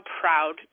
proud